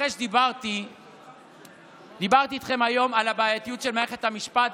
אחרי שדיברתי איתכם היום על הבעייתיות של מערכת המשפט,